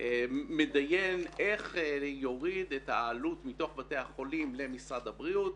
כשידונו איך להוריד את העלות מתוך בתי החולים למשרד הבריאות,